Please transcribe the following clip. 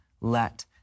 let